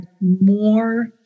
more